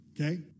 Okay